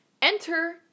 Enter